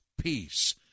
peace